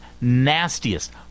nastiest